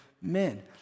men